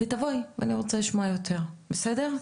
תבואי, אני רוצה לשמוע יותר, בסדר?